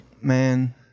Man